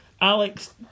Alex